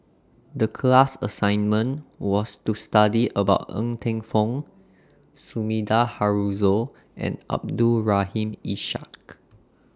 The class assignment was to study about Ng Teng Fong Sumida Haruzo and Abdul Rahim Ishak